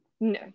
No